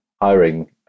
hiring